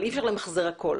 אבל אי אפשר למחזר הכל.